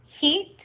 heat